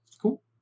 cool